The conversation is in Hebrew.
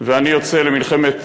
טלפון, ואני יוצא למלחמת